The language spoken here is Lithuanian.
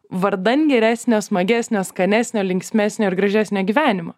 vardan geresnio smagesnio skanesnio linksmesnio ir gražesnio gyvenimo